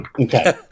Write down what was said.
Okay